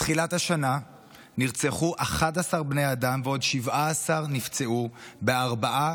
מתחילת השנה נרצחו 11 בני אדם ועוד 17 נפצעו בארבעה